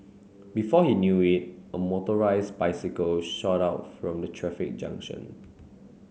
before he knew it a motorised bicycle shot out from the traffic junction